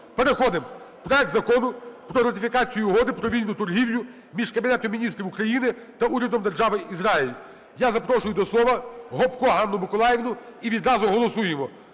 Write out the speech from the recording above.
Переходимо: проект Закону про ратифікацію Угоди про вільну торгівлю між Кабінетом Міністрів України та Урядом Держави Ізраїль. Я запрошую до слова Гопко Ганну Миколаївну. І відразу голосуємо.